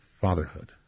fatherhood